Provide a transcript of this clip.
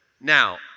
Now